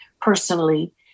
personally